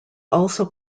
also